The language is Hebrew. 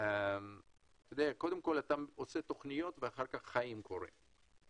אתה עושה תכניות ואחר כך קורים החיים.